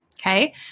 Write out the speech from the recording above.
okay